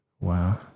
Wow